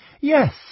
Yes